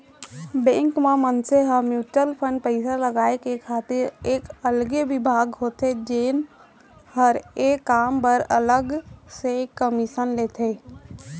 bank म मनसे ह म्युचुअल फंड पइसा लगाय खातिर एक अलगे बिभाग होथे जेन हर ए काम बर अलग से कमीसन लेथे